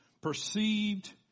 perceived